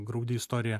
graudi istorija